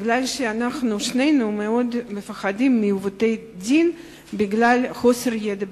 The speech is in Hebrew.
בגלל ששנינו מאוד מפחדים מעיוותי דין בגלל חוסר ידע בשפה.